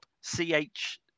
C-H